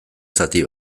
zati